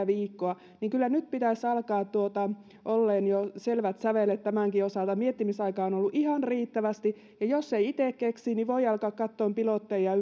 viikkoa niin kyllä nyt pitäisi alkaa olla jo selvät sävelet tämänkin osalta miettimisaikaa on ollut ihan riittävästi jos ei itse keksi niin voi alkaa katsoa pilotteja